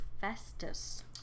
Festus